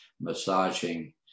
massaging